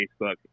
Facebook